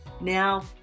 Now